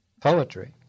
poetry